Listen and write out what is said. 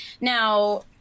Now